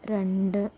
രണ്ട്